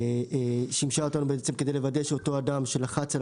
הווידאו שימש אותנו כדי לוודא שאותו אדם שלחץ על